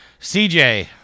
CJ